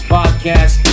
podcast